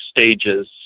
stages